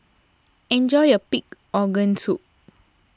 enjoy your Pig's Organ Soup